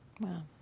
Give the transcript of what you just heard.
Wow